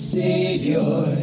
savior